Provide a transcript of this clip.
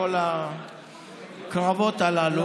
כל הקרבות הללו.